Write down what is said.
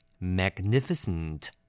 Magnificent